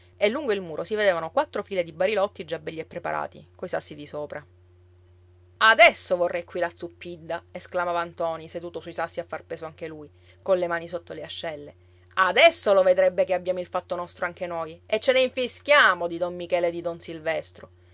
e lungo il muro si vedevano quattro file di barilotti già belli e preparati coi sassi di sopra adesso vorrei qui la zuppidda esclamava ntoni seduto sui sassi a far peso anche lui colle mani sotto le ascelle adesso lo vedrebbe che abbiamo il fatto nostro anche noi e ce ne infischiamo di don michele e di don silvestro